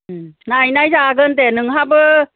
नायहैनाय जागोन दे नोंहाबो